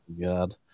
God